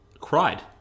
Cried